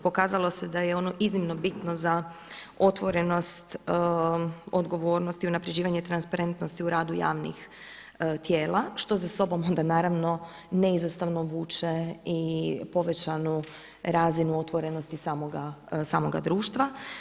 Pokazalo se da je ono iznimno bitno za otvorenost, odgovornost i unaprjeđivanje transparentnosti u radu javnih tijela što za sobom, onda naravno neizostavno vuče i povećanu razinu otvorenosti samoga društva.